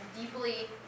deeply